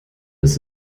ist